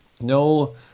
No